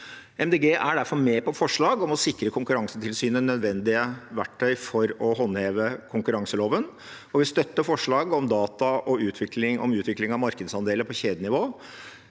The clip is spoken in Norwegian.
er derfor med på et forslag om å sikre Konkurransetilsynet nødvendige verktøy for å håndheve konkurranseloven. Videre støtter vi et forslag om data om utvikling av markedsandeler på kjedenivå,